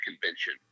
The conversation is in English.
convention